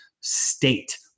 state